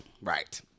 Right